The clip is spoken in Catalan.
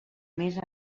més